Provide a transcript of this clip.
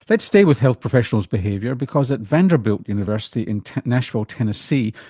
let's stay with health professionals' behaviour because at vanderbilt university in nashville, tennessee,